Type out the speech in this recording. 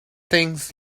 things